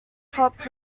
pop